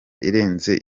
irenze